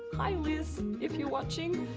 hi liz, if you're watching.